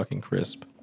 crisp